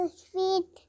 sweet